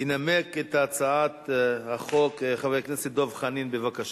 ינמק את הצעת החוק חבר הכנסת דב חנין, בבקשה.